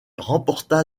remporta